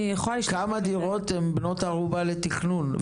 כמה דירות הן בנות ערובה לתכנון?